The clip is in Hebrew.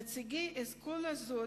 נציגי אסכולה זו